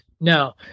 No